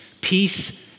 peace